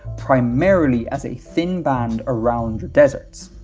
primarily as a thin band around deserts.